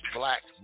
black